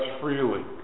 freely